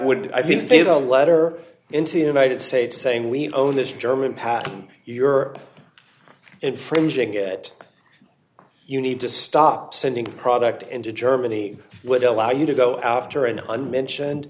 would be the letter into united states saying we own this german patent you're infringing it you need to stop sending product into germany would allow you to go after an unmentioned